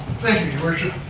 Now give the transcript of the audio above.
thank you, your worship.